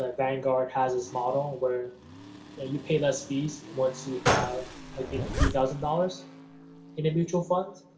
like vanguard has this model where ah you pay less fees once you have, i think, three thousand dollars in a mutual fund.